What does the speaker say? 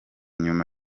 nyuma